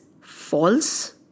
false